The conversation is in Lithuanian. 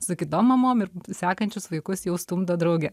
su kitom mamom ir sekančius vaikus stumdo drauge